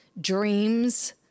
dreams